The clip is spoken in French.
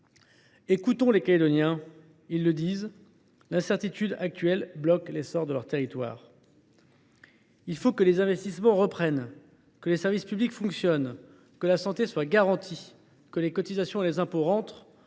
Écoutons les Calédoniens : l’incertitude actuelle bloque l’essor de leur territoire. Il faut que les investissements reprennent, que les services publics fonctionnent, que la santé soit garantie, que les cotisations et les impôts rentrent,